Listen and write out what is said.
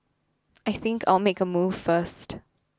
I think I'll make a move first